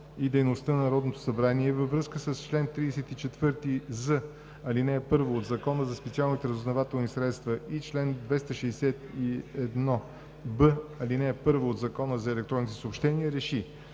и дейността на Народното събрание във връзка с чл. 34з, ал. 1 от Закона за специалните разузнавателни средства и чл. 261б, ал. 1 от Закона за електронните съобщения